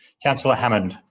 councillor hammond